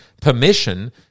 permission